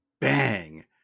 bang